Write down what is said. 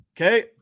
Okay